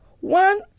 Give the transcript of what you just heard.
One